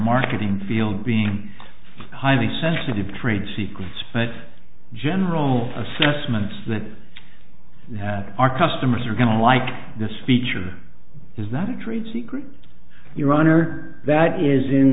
marketing field being highly sensitive trade secrets but general assessments that our customers are going to like this feature is not a trade secret your honor that is in